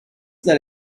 that